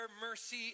mercy